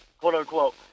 quote-unquote